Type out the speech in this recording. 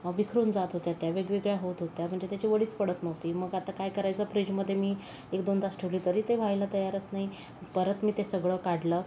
विखरून जात होत्या त्या वेगवेगळ्या होत होत्या म्हणजे त्याची वडीच पडत नव्हती मग आता काय करायचं फ्रीजमध्ये मी एक दोन तास ठेवली तरी ते व्हायला तयारच नाही परत मी ते सगळं काढलं